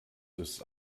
ist